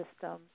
system